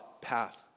path